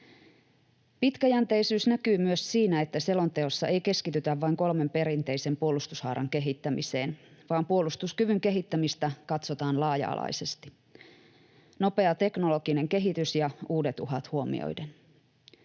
Pitkäjänteisyys näkyy myös siinä, että selonteossa ei keskitytä vain kolmen perinteisen puolustushaaran kehittämiseen vaan puolustuskyvyn kehittämistä katsotaan laaja-alaisesti nopea teknologinen kehitys ja uudet uhat huomioiden.